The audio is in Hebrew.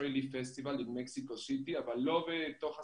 ישראל במקסיקו סיטי, אבל לא בתוך הסינמה,